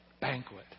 banquet